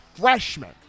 freshman